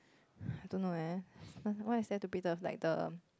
I don't know eh what's what is there to preserve like the